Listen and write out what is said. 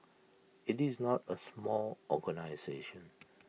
IT is not A small organisation